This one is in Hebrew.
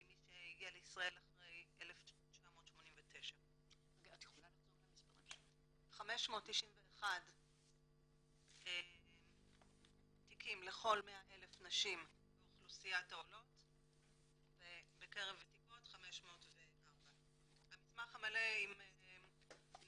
היא מי שהגיעה לישראל אחרי 1989. המסמך המלא עם נתונים